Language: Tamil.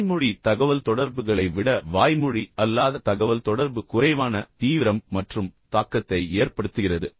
வாய்மொழி தகவல்தொடர்புகளை விட வாய்மொழி அல்லாத தகவல்தொடர்பு குறைவான தீவிரம் மற்றும் தாக்கத்தை ஏற்படுத்துகிறது